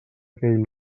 aquell